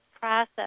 process